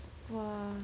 !wah!